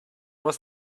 was